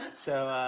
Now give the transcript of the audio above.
so,